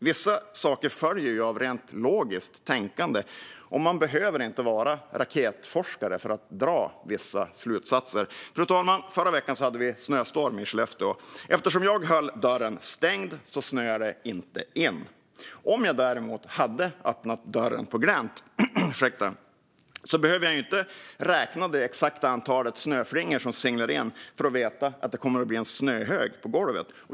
Vissa saker följer av rent logiskt tänkande, och man behöver inte vara raketforskare för att dra vissa slutsatser. Fru talman! Förra veckan hade vi snöstorm i Skellefteå. Eftersom jag höll dörren stängd snöade det inte in. Det hade varit annorlunda om jag däremot hade öppnat dörren på glänt. Jag behöver inte räkna ut det exakta antalet snöflingor som singlar in för att veta att det kommer att bli en snöhög på golvet.